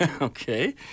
okay